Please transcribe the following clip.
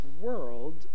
world